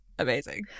amazing